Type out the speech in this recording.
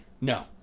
No